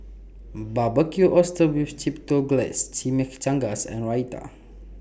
Barbecued Oysters with Chipotle Glaze Chimichangas and Raita